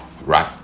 right